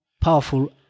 powerful